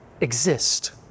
exist